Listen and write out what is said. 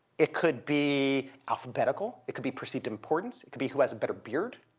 it could be alphabetical. it could be perceived importance. it could be who has a better beard.